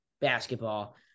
basketball